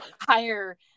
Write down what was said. higher